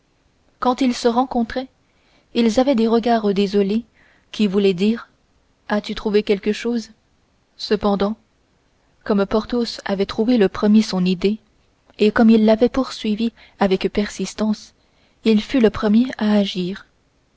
quand ils se rencontraient ils avaient des regards désolés qui voulaient dire as-tu trouvé quelque chose cependant comme porthos avait trouvé le premier son idée et comme il l'avait poursuivie avec persistance il fut le premier à agir